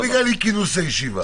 לא בעקבות אי-כינוס הישיבה.